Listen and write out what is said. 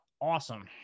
awesome